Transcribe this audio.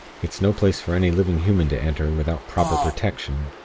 it's no place for any living human to enter, without proper protection